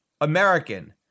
American